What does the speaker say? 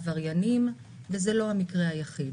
וזה לא המקרה היחיד.